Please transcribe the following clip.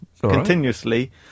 continuously